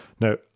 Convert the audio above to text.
Now